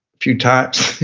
few times,